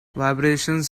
vibrations